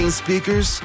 speakers